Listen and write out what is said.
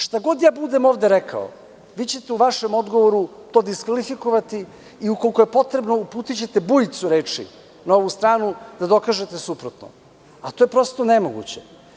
Šta god ja budem ovde rekao, vi ćete u vašem odgovoru to diskvalifikovati i, ukoliko je potrebno, uputićete bujicu reči na ovu stranu da dokažete suprotno, a to je prosto nemoguće.